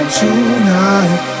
tonight